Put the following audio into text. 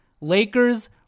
Lakers